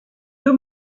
deux